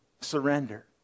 surrender